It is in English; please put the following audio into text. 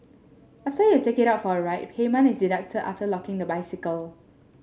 after you take it out for a ride payment is deducted after locking the bicycle